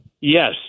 Yes